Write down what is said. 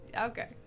Okay